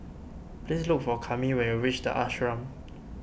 please look for Kami when you reach the Ashram